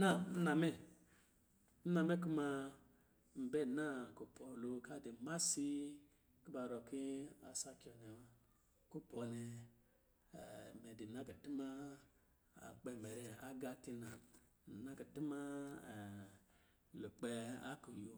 naa nna mɛ. Nna mɛ kumaa, n bɛ naa kupɔ̄ lo ka kuba rɔ ki assakio nɛ wa. Kupɔ̄ nɛ, a mɛ di na kutumaa, a kpɛ mɛrɛ agā tina, n na kutuma lukpɛ a kuyo